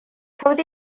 cafodd